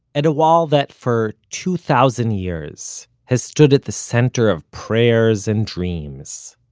at a wall that, for two thousand years, has stood at the center of prayers and dreams.